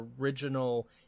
original